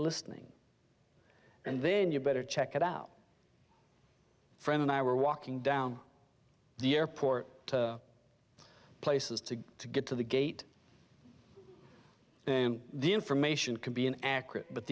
listening and then you better check it out for him and i were walking down the airport places to go to get to the gate the information can be an accurate but